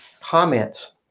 comments